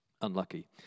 Unlucky